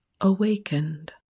awakened